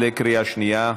קריאה שנייה.